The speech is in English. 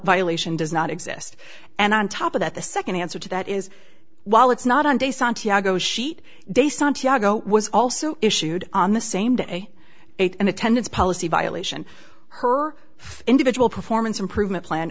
violation does not exist and on top of that the second answer to that is while it's not on de santiago sheet de santiago was also issued on the same day eight in attendance policy violation her individual performance improvement plan